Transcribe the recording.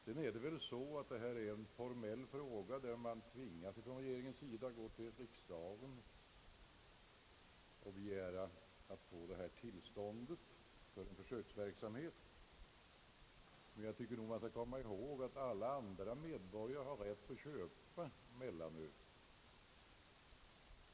Den fråga vi nu behandlar är av for mell karaktär; regeringen tvingas gå till riksdagen och begära tillstånd för en försöksverksamhet. Jag tycker man skall komma ihåg att alla andra medborgare har rätt att köpa mellanöl.